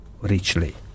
richly